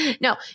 No